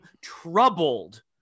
troubled